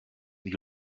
die